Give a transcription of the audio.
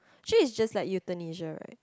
actually is just like euthanasia right